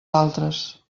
altres